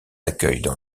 accueillent